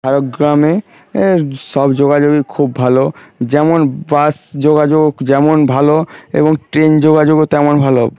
ঝাড়গ্রামে সব যোগাযোগই খুব ভালো যেমন বাস যোগাযোগ যেমন ভালো এবং ট্রেন যোগাযোগও তেমন ভালো